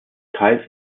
teils